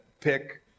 pick